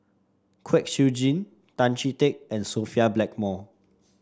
Kwek Siew Jin Tan Chee Teck and Sophia Blackmore